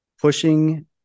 pushing